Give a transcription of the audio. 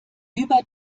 über